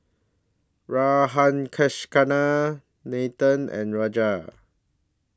Radhakrishnan Nathan and Raja